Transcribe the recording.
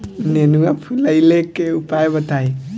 नेनुआ फुलईले के उपाय बताईं?